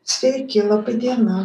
sveiki laba diena